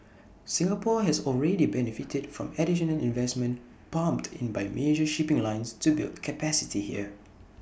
Singapore has already benefited from additional investments pumped in by major shipping lines to build capacity here